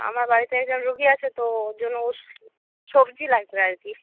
আমার বাড়িতে একজন রোগী আছে তো ওর জন্য সবজি লাগবে আর কি